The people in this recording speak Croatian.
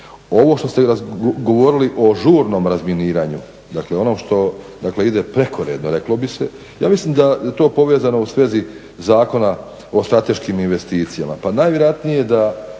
Ovo što ste govorili o žurnom razminiranju, dakle onom što dakle ide prekoredno reklo bi se ja mislim da je to povezano u svezi Zakona o strateškim investicijama.